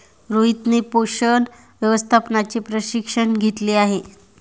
रोहितने पोषण व्यवस्थापनाचे प्रशिक्षण घेतले आहे